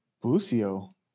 Busio